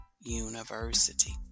University